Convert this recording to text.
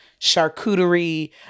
charcuterie